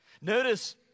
Notice